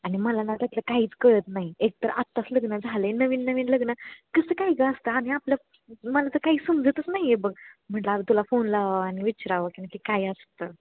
आणि मला ना त्यातलं काहीच कळत नाही एकतर आत्ताच लग्न झाले आहे नवीन नवीन लग्न कसं काय गं असतं आणि आपलं मला तर काही समजतच नाही आहे बघ म्हटलं आता तुला फोन लावावा आणि विचारावं की नेमकं काय असतं